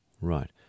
Right